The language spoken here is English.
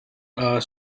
our